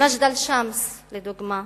במג'דל-שמס, לדוגמה,